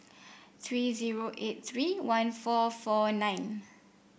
three zero eight three one four four nine